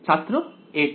ছাত্র a2